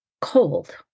cold